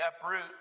uproot